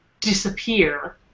disappear